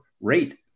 rate